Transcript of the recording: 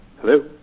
Hello